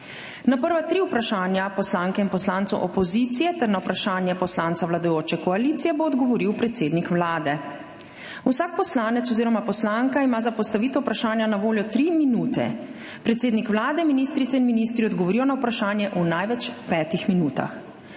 Na prva tri vprašanja poslank in poslancev opozicije ter na vprašanje poslanca vladajoče koalicije bo odgovoril predsednik Vlade. Vsak poslanec oziroma poslanka ima za postavitev vprašanja na voljo tri minute. Predsednik Vlade, ministrice in ministri odgovorijo na vprašanje v največ petih minutah.